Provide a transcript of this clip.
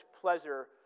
pleasure